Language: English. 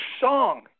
song